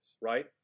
right